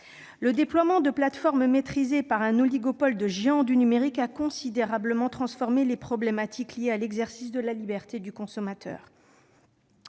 Le déploiement de plateformes maîtrisées par un oligopole de géants du numérique a considérablement transformé les problématiques liées à l'exercice de la liberté du consommateur.